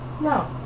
No